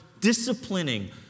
disciplining